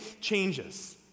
changes